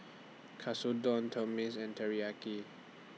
Katsudon and Teriyaki